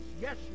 Yes